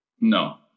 No